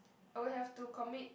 I will have to commit